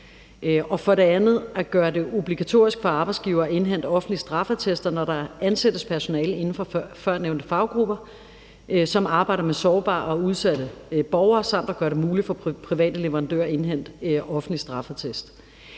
For det andet skal man gøre det obligatorisk for arbejdsgivere at indhente offentlige straffeattester, når der ansættes personale inden for førnævnte faggrupper, som arbejder med sårbare og udsatte borgere, samt at gøre det muligt for private leverandører at indhente en offentlig straffeattest.